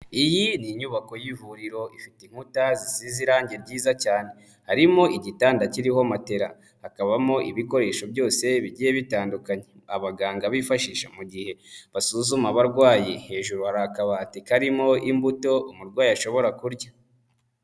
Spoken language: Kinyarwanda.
Iyi ni inyubako y'ivuriro ifite inkuta zizize irangi ryiza cyane, harimo igitanda kiriho matera hakabamo ibikoresho byose bigiye bitandukanye, abaganga bifashisha mu gihe basuzuma abarwayi, hejuru hari akabati karimo imbuto umurwayi ashobora kurya.